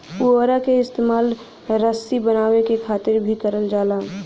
पुवरा क इस्तेमाल रसरी बनावे क खातिर भी करल जाला